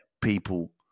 people